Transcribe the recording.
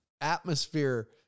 atmosphere